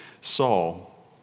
Saul